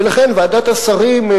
ולכן ועדת השרים,